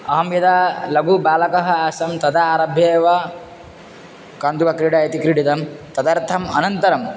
अहं यदा लघुबालकः आसं तदा आरभ्य एव कन्दुकक्रीडा इति क्रीडितं तदर्थम् अनन्तरं